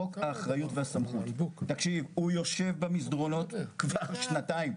חוק האחריות והסמכות ממתין במסדרונות כבר שנתיים.